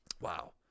Wow